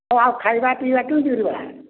ହଁ ଆଉ ଖାଇବା ପିଇବା କିମିତି କରିବା